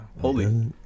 Holy